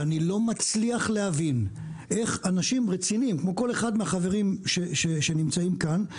ואני לא מצליח להבין איך אנשים רציניים כמו כל אחד מהחברים שנמצאים כאן,